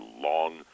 long